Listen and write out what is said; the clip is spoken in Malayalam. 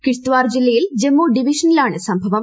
കിഷ്ത്വാർ ജില്ലയിൽ ജമ്മു ഡിവിഷനിലാണ് സംഭവം